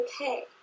okay